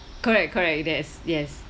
correct correct that's yes